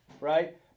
right